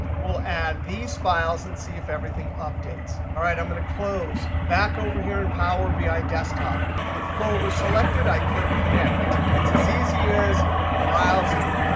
we'll add these files and see if everything updates. all right, i'm going to close. back over here in power bi desktop, with folders selected, i click connect. it's as easy as browsing.